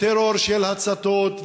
"טרור של הצתות",